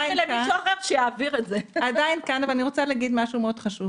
אני עדיין כאן ואני רוצה להגיד משהו מאוד חשוב.